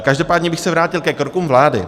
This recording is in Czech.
Každopádně bych se vrátil ke krokům vlády.